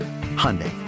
Hyundai